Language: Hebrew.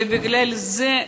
בגלל זה,